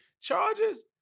charges